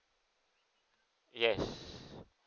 yes